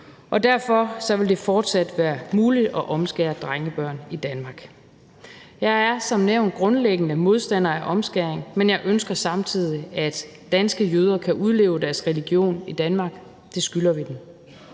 og derfor vil det fortsat være muligt at omskære drengebørn i Danmark. Jeg er som nævnt grundlæggende modstander af omskæring, men jeg ønsker samtidig, at danske jøder kan udleve deres religion i Danmark. Det skylder vi dem.